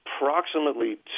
approximately